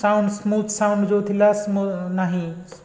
sound smooth sound ଯେଉଁ ଥିଲା smooth ନାହିଁ